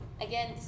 again